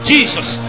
Jesus